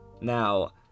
now